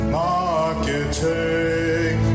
marketing